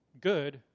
good